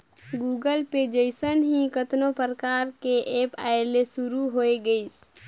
Google Pay जइसन ही कतनो परकार के ऐप आये ले शुरू होय गइसे